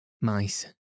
Mice